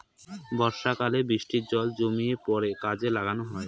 বর্ষাকালে বৃষ্টির জল জমিয়ে পরে কাজে লাগানো হয়